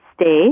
stay